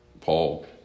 Paul